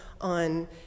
on